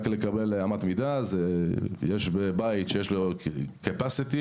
יש בית שיש לו תפוסה,